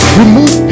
remove